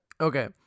Okay